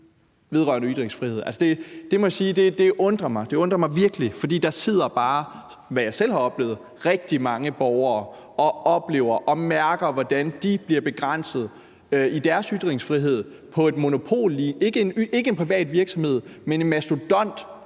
undrer mig. Det undrer mig virkelig, for der sidder bare – hvad jeg også selv har oplevet – rigtig mange borgere og oplever og mærker, hvordan de bliver begrænset i deres ytringsfrihed af ikke en privat virksomhed, men en mastodont